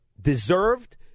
deserved